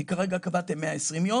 כי כרגע קבעתם 120 יום.